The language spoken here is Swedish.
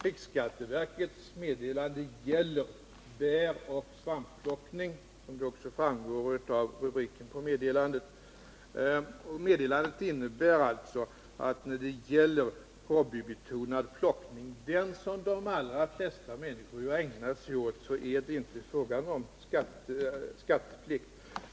Riksskatteverkets meddelande gäller bäroch svampplockning, vilket också framgår av rubriken på meddelandet. Det innebär alltså att för hobbybetonad plockning— den som de allra flesta människor har ägnat sig åt — är det inte fråga om skatteplikt.